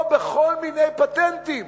או בכל מיני פטנטים